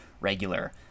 regular